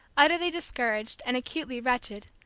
utterly discouraged, and acutely wretched,